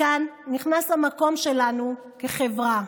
כאן נכנס המקום שלנו כחברה: